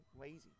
lazy